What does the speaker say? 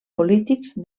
polítics